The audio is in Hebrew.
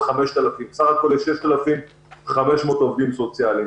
5,000. בסך הכול יש 6,500 עובדים סוציאליים.